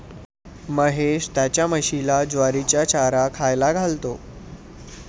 महेश त्याच्या म्हशीला ज्वारीचा चारा खायला घालतो